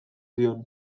zion